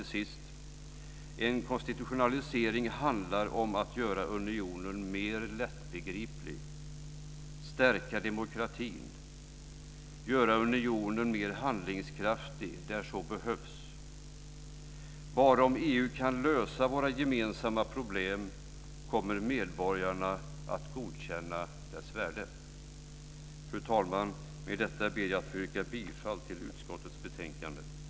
En konstitutionalisering handlar till sist om att göra unionen mer lättbegriplig, att stärka demokratin, att göra unionen mer handlingskraftig där så behövs. Bara om EU kan lösa våra gemensamma problem kommer medborgarna att godkänna dess värde. Fru talman! Med detta ber jag att få yrka bifall till utskottets förslag till beslut i betänkandet.